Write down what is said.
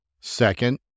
Second